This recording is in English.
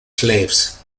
slaves